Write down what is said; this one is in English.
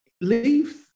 leave